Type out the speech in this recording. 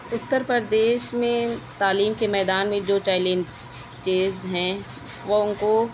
اتر پردیش میں تعلیم کے میدان میں جو چیلنجیز ہیں وہ ان کو